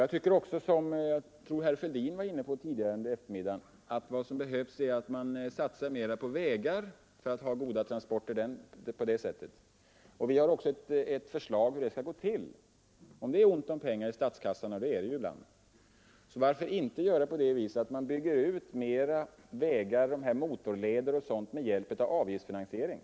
Jag tycker också, som jag tror att herr Fälldin var inne på under eftermiddagen, att vad som behövs är en större satsning på vägar för att få till stånd goda transporter. Vi har ett förslag om hur det skall gå till. Om det är ont om pengar i statskassan — och det är det ju ibland — varför inte då i större utsträckning bygga ut motorleder i södra Sverige med hjälp av avgiftsfinansiering?